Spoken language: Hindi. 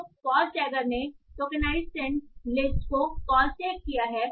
तो पॉज़ टैगर ने टोकेनाइजसेट लिस्ट को पॉज़ टैग किया है